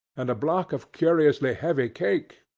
and a block of curiously heavy cake,